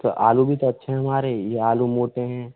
आलू भी तो अच्छे है हमारे ये आलू मोटे हैं